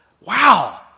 wow